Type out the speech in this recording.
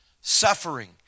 Suffering